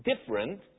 different